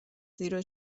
زیرا